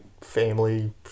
family